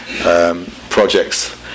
Projects